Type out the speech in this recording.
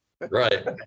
Right